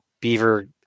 beaver